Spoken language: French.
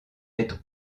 être